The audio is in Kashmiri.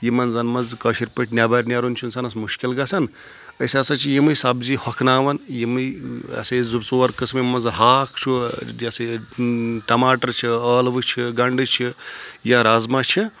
یِمَن زَن منٛز کٲشِر پٲٹھۍ نؠبَر نیرُن چھُ اِنسانَس مُشکِل گَژھان أسۍ ہَسا چھِ یِمٕے سبزی ہۄکھناوَان یِمٕے ہَسا یہِ زٕ ژور قٕسمہِ منٛز ہاکھ چھُ یَسا ٹماٹر چھِ ٲلوٕ چھِ گَنٛڈٕ چھِ یا رازما چھِ